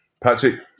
Patrick